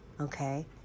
okay